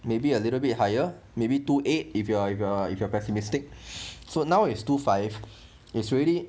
maybe a little bit higher maybe two eight if you if you if you are pessimistic so now is two five it's already